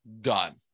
done